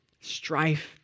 strife